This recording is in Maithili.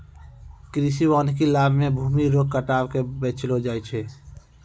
कृषि वानिकी लाभ मे भूमी रो कटाव के बचैलो जाय छै